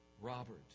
Robert